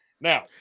Now